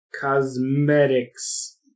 Cosmetics